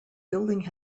building